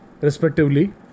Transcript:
respectively